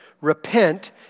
Repent